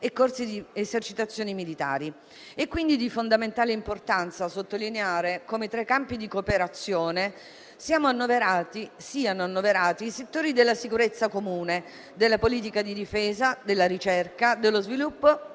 a corsi ed esercitazioni militari. È quindi di fondamentale importanza sottolineare come tra i campi di cooperazione siano annoverati i settori della sicurezza comune, della politica di difesa, della ricerca, dello sviluppo